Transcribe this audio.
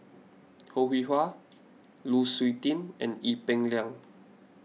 Ho Rih Hwa Lu Suitin and Ee Peng Liang